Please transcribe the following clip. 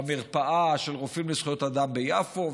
רק במרפאה של רופאים לזכויות אדם ביפו,